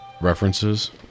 references